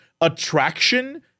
attraction